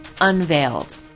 unveiled